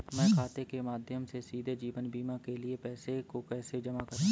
Bank खाते के माध्यम से सीधे जीवन बीमा के लिए पैसे को कैसे जमा करें?